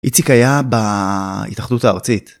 איציק היה בהתאחדות הארצית.